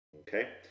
okay